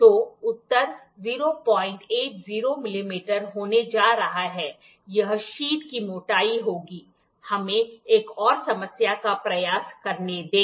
तो उत्तर 080 मिलीमीटर होने जा रहा है यह शीट की मोटाई होगी हमें एक और समस्या का प्रयास करने दें